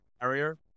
carrier